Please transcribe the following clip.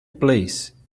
place